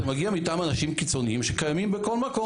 זה מגיע מטעם אנשים קיצוניים שקיימים בכל מקום.